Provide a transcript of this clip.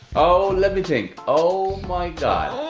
oh let me think, oh my god.